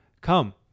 Come